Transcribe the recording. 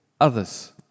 others